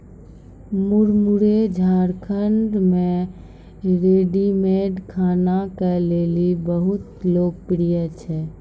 मुरमुरे झारखंड मे रेडीमेड खाना के लेली बहुत लोकप्रिय छै